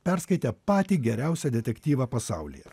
perskaitė patį geriausią detektyvą pasaulyje